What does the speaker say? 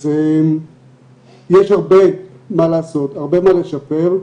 אז יש הרבה מה לעשות, הרבה מה לשפר,